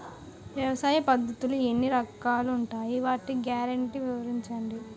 వ్యవసాయ పద్ధతులు ఎన్ని రకాలు ఉంటాయి? వాటి గ్యారంటీ వివరించండి?